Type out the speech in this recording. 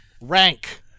rank